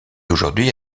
aujourd’hui